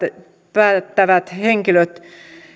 päätettävät